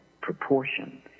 proportion